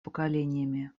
поколениями